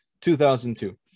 2002